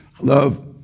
Love